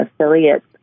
affiliates